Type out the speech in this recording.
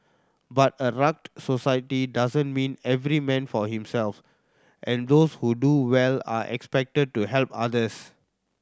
but a rugged society doesn't mean every man for himself and those who do well are expected to help others